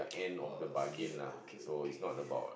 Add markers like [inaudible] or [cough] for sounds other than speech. [noise] orh okay okay okay